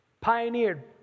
pioneered